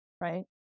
right